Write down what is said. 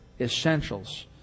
essentials